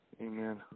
Amen